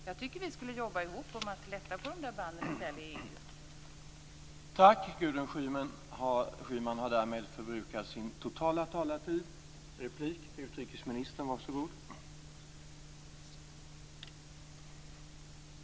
Jag tycker att vi skulle jobba ihop om att i stället lätta på banden till EU.